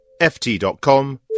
ft.com